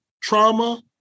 trauma